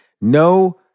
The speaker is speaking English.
No